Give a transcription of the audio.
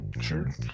Sure